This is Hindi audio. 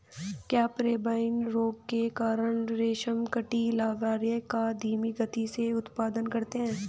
क्या पेब्राइन रोग के कारण रेशम कीट लार्वा का धीमी गति से उत्पादन करते हैं?